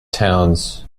towns